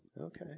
Okay